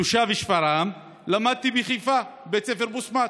תושב שפרעם, למדתי בחיפה, בבית ספר בסמ"ת.